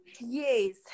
Yes